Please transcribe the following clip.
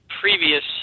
previous